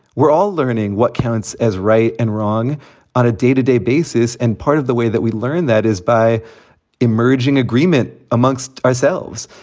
we're all learning what counts as right and wrong on a day to day basis. and part of the way that we learn that is by emerging agreement amongst ourselves.